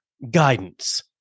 guidance